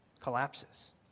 collapses